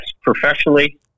Professionally